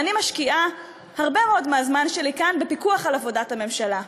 ואני משקיעה הרבה מאוד מהזמן שלי כאן בפיקוח על עבודת הממשלה,